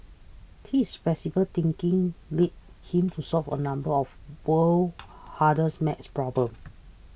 his flexible thinking led him to solve a number of the world's hardest maths problems